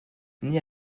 née